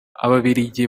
ababiligi